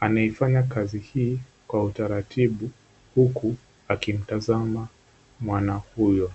Anaifanya kazi hii kwa utaratibu, huku akimtazama mwana huyo.